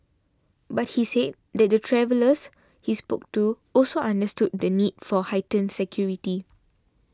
but he said that the travellers he spoke to also understood the need for heightened security